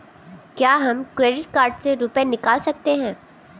क्या हम credit card से रुपये निकाल सकते हैं?